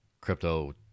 crypto